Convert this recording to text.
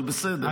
אבל בסדר.